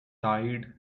tide